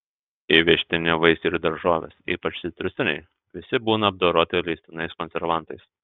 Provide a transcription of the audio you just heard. įvežtiniai vaisiai ir daržovės ypač citrusiniai visi būna apdoroti leistinais konservantais